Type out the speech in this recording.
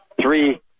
three